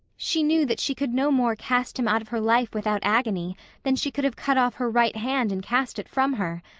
she knew that she could no more cast him out of her life without agony than she could have cut off her right hand and cast it from her.